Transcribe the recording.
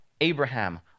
Abraham